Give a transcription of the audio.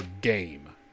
game